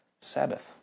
Sabbath